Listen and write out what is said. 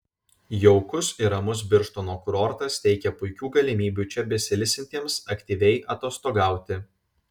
jaukus ir ramus birštono kurortas teikia puikių galimybių čia besiilsintiems aktyviai atostogauti